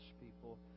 people